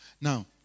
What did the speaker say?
Now